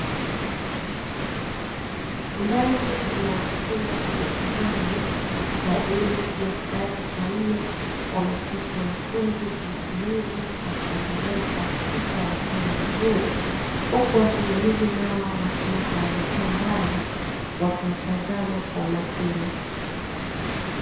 Ndani ya chumba cha mitihani kwa jili ya kidato cha nne wameketi wanafunzi kwa utulivu, huku wasimamizi nao wakiwa hawaja kaa mbali wakiwatazama kwa umakini.